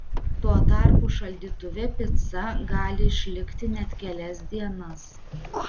tuo tarpu šaldytuve pica gali išlikti net kelias dienas